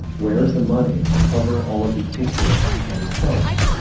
where is the money to cover all of the interest that is charged?